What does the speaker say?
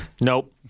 Nope